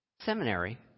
seminary